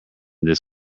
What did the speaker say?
this